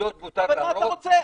מה אתה רוצה?